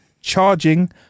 charging